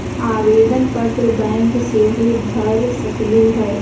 आवेदन पत्र बैंक सेहु भर सकलु ह?